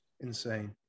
insane